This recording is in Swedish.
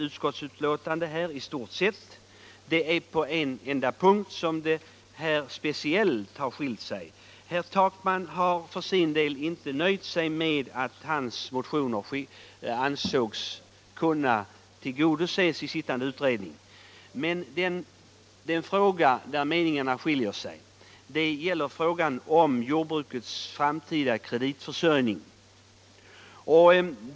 Utskottsbetänkandet är i stort sett enigt. Herr Takman har dock inte nöjt sig med att vi har ansett hans motion kunna tillgodoses av den sittande utredningen. I en fråga har meningarna skilt sig, nämligen när det gäller jordbrukets framtida kreditförsörjning.